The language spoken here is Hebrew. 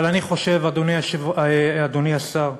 אבל אני חושב, אדוני השר,